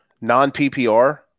Non-PPR